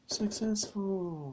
successful